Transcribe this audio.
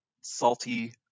salty